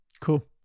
Cool